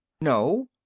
No